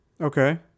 Okay